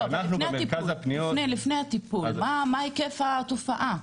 לא, לפני הטיפול, מה היקף התופעה?